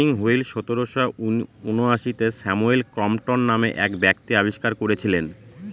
spinning wheel সতেরোশো ঊনআশিতে Samuel Crompton নামে এক ব্যক্তি আবিষ্কার করেছিলেন